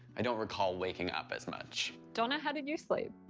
i don't recall waking up as much. donna, how did you sleep?